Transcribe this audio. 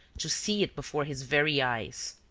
to see it before his very eyes.